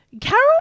Carol